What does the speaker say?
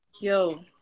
Yo